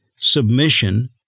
submission